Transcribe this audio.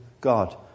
God